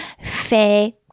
fait